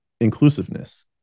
inclusiveness